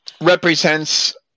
represents